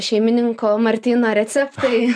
šeimininko martyno receptai